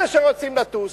אלה שרוצים לטוס.